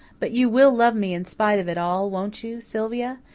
but you will love me in spite of it all, won't you, sylvia?